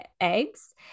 eggs